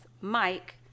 mike